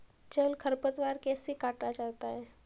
जल खरपतवार कैसे काटा जाता है?